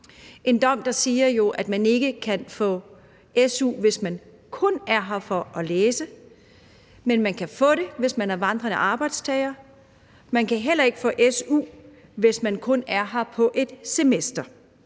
en dom, der jo siger, at man ikke kan få su, hvis man kun er her for at læse, men at man kan få det, hvis man er vandrende arbejdstager. Man kan heller ikke få su, hvis man kun er her i et semester.